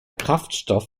kraftstoff